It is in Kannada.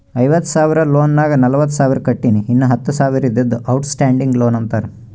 ಐವತ್ತ ಸಾವಿರ ಲೋನ್ ನಾಗ್ ನಲ್ವತ್ತ ಸಾವಿರ ಕಟ್ಟಿನಿ ಇನ್ನಾ ಹತ್ತ ಸಾವಿರ ಇದ್ದಿದ್ದು ಔಟ್ ಸ್ಟ್ಯಾಂಡಿಂಗ್ ಲೋನ್ ಅಂತಾರ